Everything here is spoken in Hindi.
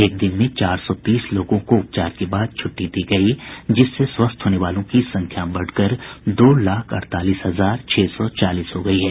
एक दिन में चार सौ तीस लोगों को उपचार के बाद छुट्टी दी गयी जिससे स्वस्थ होने वालों की संख्या बढ़कर दो लाख अड़तालीस हजार छह सौ चालीस हो गयी है